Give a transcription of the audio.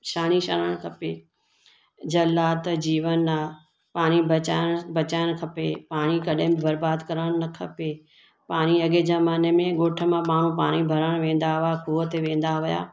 छाणी छाणणु खपे जल आहे त जीवन आहे पाणी बचाइणु बचाइणु खपे पाणी कॾहिं बि बरबाद करण न खपे पाणी अॻिए ज़माने में घोठ मां माण्हू पाणी भरणु वेंदा हुआ खुंहं ते वेंदा हुआ